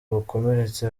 bakomeretse